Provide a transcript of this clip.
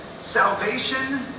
salvation